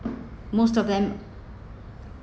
most of them